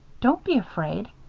don't be afraid.